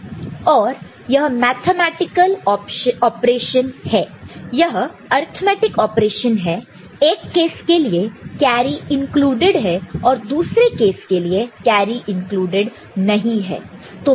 और यह mathematical operation है यह अर्थमैटिक ऑपरेशन है एक केस के लिए कैरी इंक्लूडेड है और दूसरे केस के लिए कैरी इंक्लूडेड नहीं है